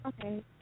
Okay